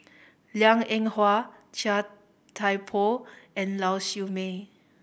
Liang Eng Hwa Chia Thye Poh and Lau Siew Mei